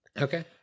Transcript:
Okay